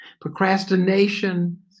Procrastination